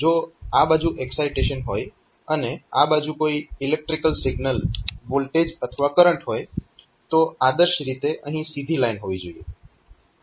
તો જો આ બાજુ એકસાઇટેશન હોય અને આ બાજુ કોઈ ઈલેક્ટ્રીકલ સિગ્નલ વોલ્ટેજ અથવા કરંટ હોય તો આદર્શ રીતે અહીં સીધી લાઈન હોવી જોઈએ